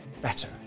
better